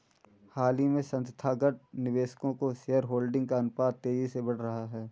हाल ही में संस्थागत निवेशकों का शेयरहोल्डिंग का अनुपात तेज़ी से बढ़ रहा है